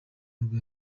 nibwo